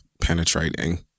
penetrating